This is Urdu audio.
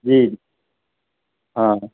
جی ہاں